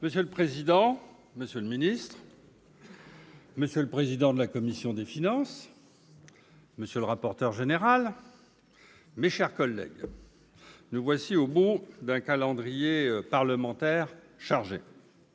Monsieur le président, monsieur le secrétaire d'État, monsieur le président de la commission des finances, monsieur le rapporteur général, mes chers collègues, nous voici parvenus au terme d'un calendrier parlementaire chargé.